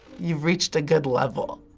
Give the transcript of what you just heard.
you've reached a good level.